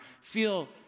Feel